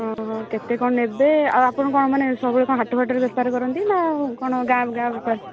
ଓ ହୋ କେତେ କ ନେବେ ଆଉ ଆପଣ କ'ଣ ମାନେ ସବୁବେଳେ କ'ଣ ହାଟ ଫାଟରେ ବେପାର କରନ୍ତି ନା ଆଉ କ'ଣ ଗାଁ ଗାଁ ବେପାର